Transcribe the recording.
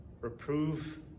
reprove